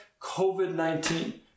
COVID-19